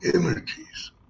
energies